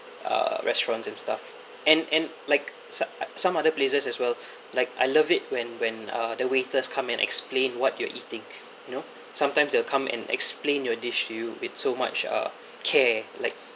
err restaurants and stuff and and like some uh some other places as well like I love it when when uh the waiters come and explain what you are eating you know sometimes they'll come and explain your dish to you with so much uh care like